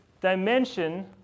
dimension